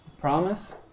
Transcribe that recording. Promise